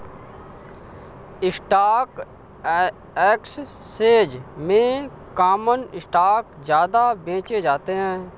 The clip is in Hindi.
स्टॉक एक्सचेंज में कॉमन स्टॉक ज्यादा बेचे जाते है